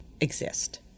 exist